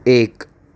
એક